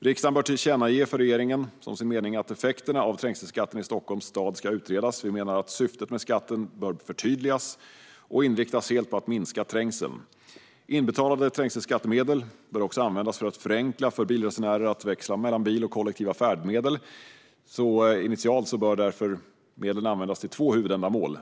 Riksdagen bör tillkännage för regeringen som sin mening att effekterna av trängselskatten i Stockholms stad ska utredas. Vi menar att syftet med skatten bör förtydligas och helt inriktas på att minska trängseln. Inbetalade trängselskattemedel bör också användas för att förenkla för bilresenärer att växla mellan bil och kollektiva färdmedel. Initialt bör därför medlen användas till två huvudändamål.